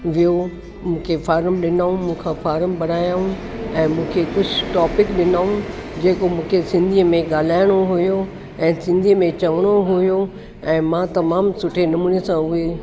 ॿियो मूंखे फारम ॾिनऊं मूंखां फारम भरायूं ऐं मूंखे कुझु टॉपिक ॾिनऊं जेको मूंखे सिंधीअ में ॻाल्हाइणो हुयो ऐं सिंधीअ में चवणो हुयो ऐं मां तमामु सुठे नमूने सां उहे